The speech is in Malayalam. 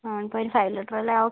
ആ അപ്പോൾ ഒരു ഫൈവ് ലിറ്റർ അല്ലേ ആ ഓക്കേ